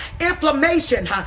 inflammation